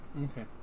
Okay